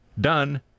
done